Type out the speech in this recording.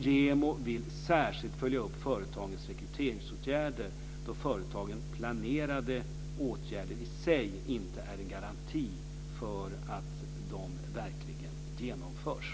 JämO vill särskilt följa upp företagens rekryteringsåtgärder, då företagens planerade åtgärder i sig inte är en garanti för att de verkligen genomförs.